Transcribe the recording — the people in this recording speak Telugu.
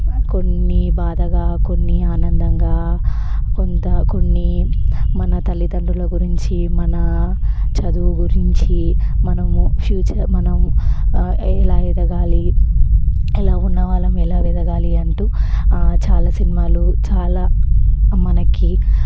కొన్ని బాధగా కొన్ని ఆనందంగా కొంత కొన్ని మన తల్లిదండ్రుల గురించి మన చదువు గురించి మనము ఫ్యూచర్ మనం ఎలా ఎదగాలి ఎలా ఉన్నవాళ్ళము ఎలా ఎదగాలి అంటూ చాలా సినిమాలు చాలా మనకి